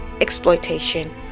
exploitation